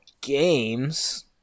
games